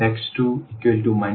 সুতরাং x2 1x31